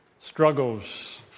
struggles